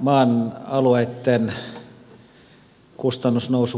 maan alueitten kustannusnousupaineista